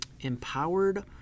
Empowered